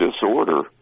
disorder